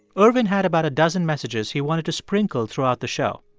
ervin had about a dozen messages he wanted to sprinkle throughout the show.